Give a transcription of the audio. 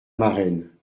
marraine